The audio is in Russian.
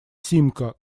симка